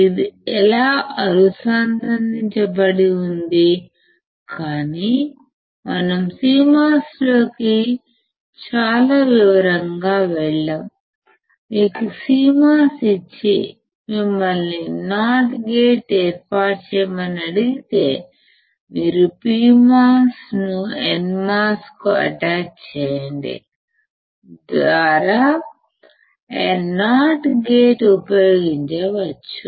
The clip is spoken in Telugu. ఇది ఎలా అనుసంధానించబడి ఉంది కానీ మనం CMOS లోకి చాలా వివరంగా వెళ్ళము మీకు CMOS ఇచ్చి మిమ్మల్ని నాట్ గేట్ ఏర్పాటు చేయమని అడిగితే మీరు PMOS ను NMOS కి అటాచ్ చేయడం ద్వారా నాట్ గేట్ ఉపయోగించవచ్చు